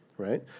Right